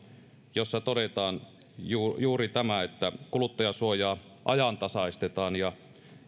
jossa todetaan juuri juuri se että kuluttajansuojaa ajantasaistetaan ja